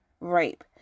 rape